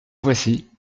voici